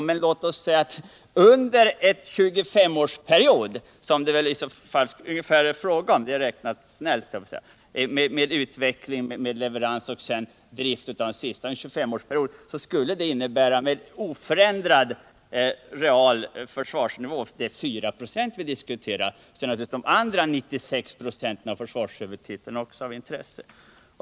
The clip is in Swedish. Men under en 25-årsperiod, som det väl ungefär är fråga om när det gäller utveckling, leverans och drift av planen — det är snällt räknat —- skulle det med oförändrad real försvarsnivå innebära 4 25. De andra 96 2å av försvarshuvudtiteln är naturligtvis också av intresse.